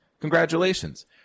Congratulations